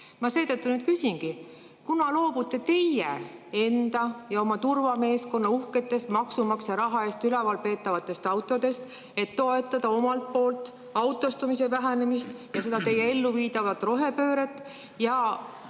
Ma seetõttu küsingi, kunas loobute te enda ja oma turvameeskonna uhketest maksumaksja raha eest ülalpeetavatest autodest, et toetada omalt poolt autostumise vähenemist ja teie elluviidavat rohepööret, ja